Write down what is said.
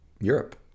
Europe